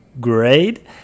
great